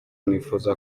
nifuza